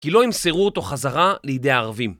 כי לא ימסרו אותו חזרה לידי הערבים.